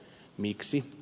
miksi